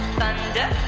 thunder